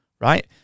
right